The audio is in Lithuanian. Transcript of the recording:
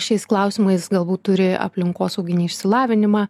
šiais klausimais galbūt turi aplinkosauginį išsilavinimą